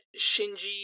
Shinji